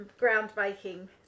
groundbreaking